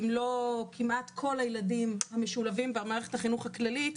אם לא כמעט כל הילדים המשולבים במערכת החינוך הכללית,